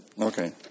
Okay